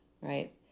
Right